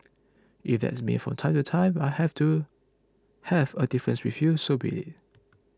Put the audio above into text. if that's means from time to time I have to have a difference with you so be it